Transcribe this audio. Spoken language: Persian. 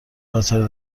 خاطره